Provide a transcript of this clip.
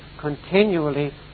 continually